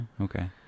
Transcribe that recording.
okay